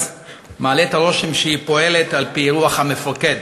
מעלה את הרושם שהיא פועלת על-פי רוח המפקד,